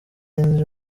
nzi